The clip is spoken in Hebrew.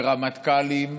ברמטכ"לים,